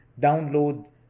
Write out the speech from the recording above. download